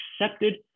accepted